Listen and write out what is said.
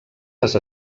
les